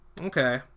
Okay